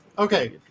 Okay